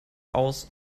aus